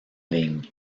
ligne